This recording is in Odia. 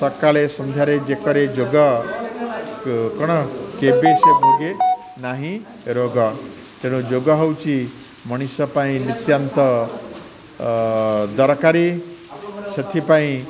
ସକାଳ ସନ୍ଧ୍ୟାରେ ଯେକରେ ଯୋଗ କ'ଣ କେବେ ସେ ଭୋଗେ ନାହିଁ ରୋଗ ତେଣୁ ଯୋଗ ହେଉଛି ମଣିଷ ପାଇଁ ନିତ୍ୟାନ୍ତ ଦରକାରୀ ସେଥିପାଇଁ